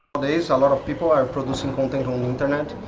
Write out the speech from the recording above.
a lot of people are producing content on the internet.